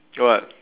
what